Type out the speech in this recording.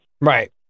Right